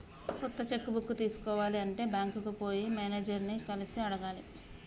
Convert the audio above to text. కొత్త cheque book తీసుకోవాలి అంటే బ్యాంకుకు పోయి మేనేజర్ ని కలిసి అడగాలి